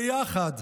ביחד,